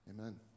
Amen